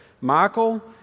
Michael